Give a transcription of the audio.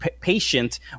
patient